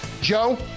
Joe